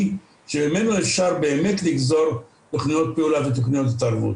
שממנו אפשר באמת לגזור תוכניות פעולה ותוכניות התערבות.